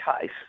case